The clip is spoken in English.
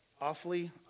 awfully